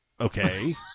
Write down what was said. okay